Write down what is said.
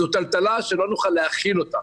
זו טלטלה שלא נוכל להכיל אותה.